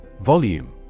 Volume